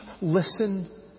listen